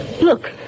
Look